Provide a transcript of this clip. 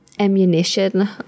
ammunition